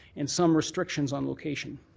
and some restrictions on location.